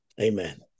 Amen